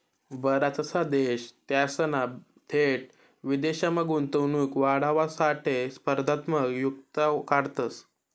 बराचसा देश त्यासना थेट विदेशमा गुंतवणूक वाढावासाठे स्पर्धात्मक युक्त्या काढतंस